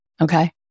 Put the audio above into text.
Okay